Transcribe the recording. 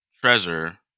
Treasure